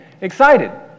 excited